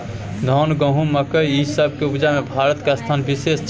धान, गहूम, मकइ, ई सब के उपजा में भारत के स्थान विशेष छै